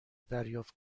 دریافت